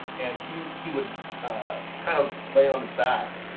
and he he would kind of lay on his back.